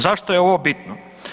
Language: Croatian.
Zašto je ovo bitno?